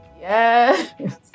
Yes